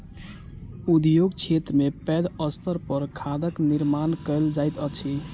उद्योग क्षेत्र में पैघ स्तर पर खादक निर्माण कयल जाइत अछि